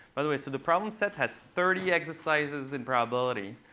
by the way, so the problem set has thirty exercises in probability.